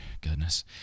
goodness